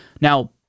now